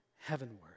heavenward